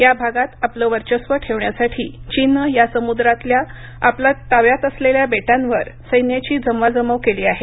तो भाग आपल्या वर्चस्व ठेवण्यासाठी चीननं या समुद्रातल्या आपल्या ताब्यात असलेल्या बेटांवर सैन्याची जमवाजमव केली आहे